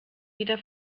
wieder